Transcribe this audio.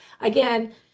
Again